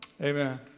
Amen